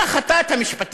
קח אתה את המשפטים.